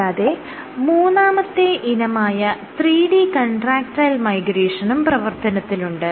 കൂടാതെ മൂന്നാമത്തെ ഇനമായ 3D കൺട്രാക്ടയിൽ മൈഗ്രേഷനും പ്രവർത്തനത്തിലുണ്ട്